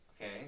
Okay